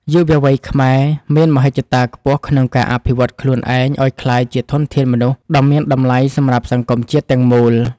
យុវវ័យខ្មែរមានមហិច្ឆតាខ្ពស់ក្នុងការអភិវឌ្ឍន៍ខ្លួនឯងឱ្យក្លាយជាធនធានមនុស្សដ៏មានតម្លៃសម្រាប់សង្គមជាតិទាំងមូល។